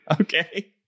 Okay